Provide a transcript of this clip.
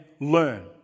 learn